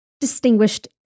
distinguished